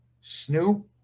Snoop